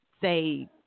say